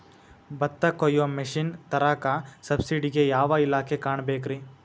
ಭತ್ತ ಕೊಯ್ಯ ಮಿಷನ್ ತರಾಕ ಸಬ್ಸಿಡಿಗೆ ಯಾವ ಇಲಾಖೆ ಕಾಣಬೇಕ್ರೇ?